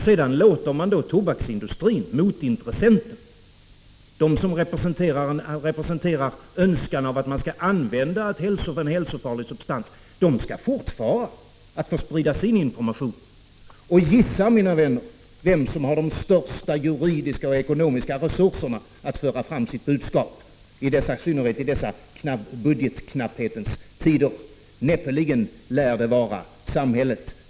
Sedan låter man tobaksindustrin, motintressenterna som representerar önskan om att folk skall använda en hälsofarlig substans, fortsätta att sprida sin ”information”. Gissa, mina vänner, vem som har de största juridiska och ekonomiska resurserna att föra fram sitt budskap, i synnerhet i dessa budgetknapphetens tider. Näppeligen lär det vara samhället.